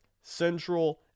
central